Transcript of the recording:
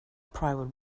private